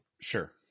Sure